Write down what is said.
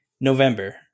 November